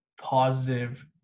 positive